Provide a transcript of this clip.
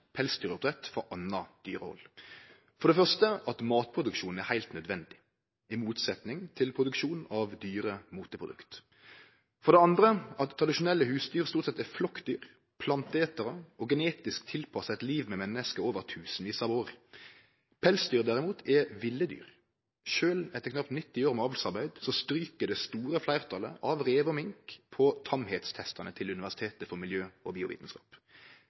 pelsdyroppdrett frå anna dyrehald, for det første at matproduksjon er heilt nødvendig – i motsetning til produksjon av dyre moteprodukt – og for det andre at tradisjonelle husdyr stort sett er flokkdyr, planteetarar og genetisk tilpassa eit liv med menneske over tusenvis av år. Pelsdyr, derimot, er ville dyr. Sjølv etter knapt 90 år med avlsarbeid stryk det store fleirtalet av rev og mink på testane om dei er tamme eller ikkje, til Universitet for miljø- og